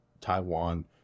Taiwan